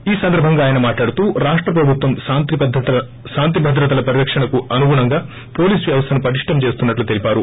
ఈ సందర్బంగా ఆయన మాట్లాడుతూ రాష్ట ప్రభుత్వం శాంతిభద్రతల పరిరక్షణకు అనుగుణంగా పోలీసు వ్యవస్థను పటిష్టం చేస్తున్నట్లు తెలిపారు